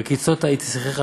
והקיצות היא תשיחך,